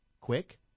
quick